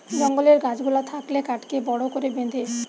জঙ্গলের গাছ গুলা থাকলে কাঠকে বড় করে বেঁধে